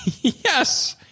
Yes